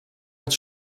met